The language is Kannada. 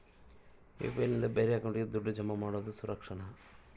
ಯು.ಪಿ.ಐ ನಿಂದ ಬೇರೆ ಅಕೌಂಟಿಗೆ ದುಡ್ಡು ಜಮಾ ಮಾಡೋದು ಸುರಕ್ಷಾನಾ?